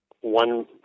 one